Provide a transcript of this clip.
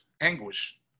anguish